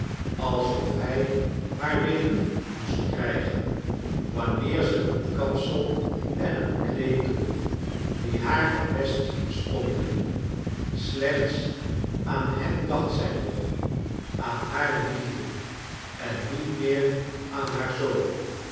alsof hij haar weer lief moest krijgen wanneer ze een kapsel en een kleed droeg die haar het best stonden slechts aan hem dacht zij nog aan haar liefde en niet meer aan haar zoon